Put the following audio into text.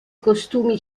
costumi